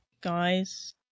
guys